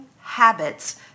habits